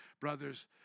brothers